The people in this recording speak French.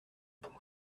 punch